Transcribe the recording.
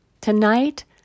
Tonight